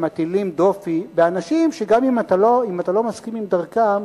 שמטילים דופי באנשים שגם אם אתה לא מסכים עם דרכם,